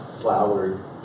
flowered